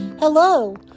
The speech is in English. Hello